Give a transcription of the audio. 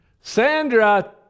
Sandra